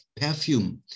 perfume